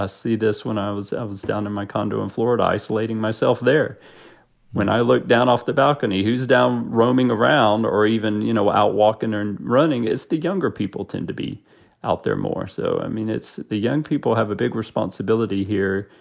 ah see this? when i was i was down in my condo in florida, isolating myself there when i looked down off the balcony. who's down roaming around? or even, you know, out walking or and running is the younger people tend to be out there more. so, i mean, it's young people have a big responsibility here,